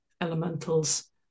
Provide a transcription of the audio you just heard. elementals